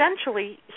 essentially